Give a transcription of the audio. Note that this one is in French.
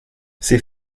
ces